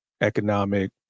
economic